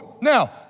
Now